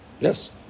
yes